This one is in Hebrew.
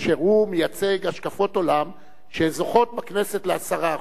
אשר מייצג השקפות עולם שזוכות בכנסת ל-10%,